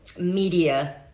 media